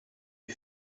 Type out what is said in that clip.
lui